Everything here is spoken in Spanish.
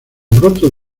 brotes